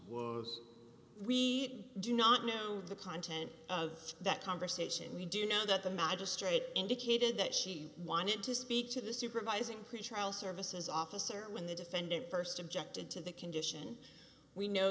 was we do not know the content of that conversation we do know that the magistrate indicated that she wanted to speak to the supervising pretrial services officer when the defendant st objected to the condition we know